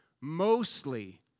Mostly